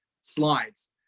slides